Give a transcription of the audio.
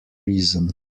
reason